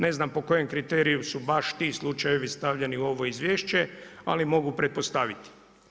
Ne znam, po kojim kriteriji su baš ti slučajevi stavljeni u ovo izvješće, ali mogu pretpostaviti.